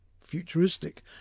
futuristic